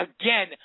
again